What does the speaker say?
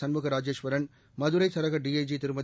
சண்முக ராஜேஸ்வரன் மதுரை சரக டிஐஜி திருமதி